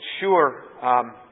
sure